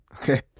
Okay